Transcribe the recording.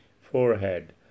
forehead